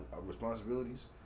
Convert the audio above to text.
responsibilities